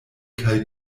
kaj